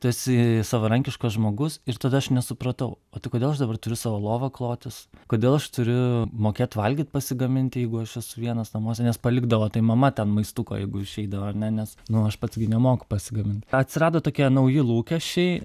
tu esi savarankiškas žmogus ir tada aš nesupratau o tai kodėl aš dabar turiu savo lovą klotis kodėl aš turiu mokėt valgyti pasigaminti jeigu aš esu vienas namuose nes palikdavo tai mama ten maistuko jeigu išeidavo ne nes nu aš pats nemoku pasigamint atsirado tokie nauji lūkesčiai